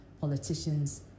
politicians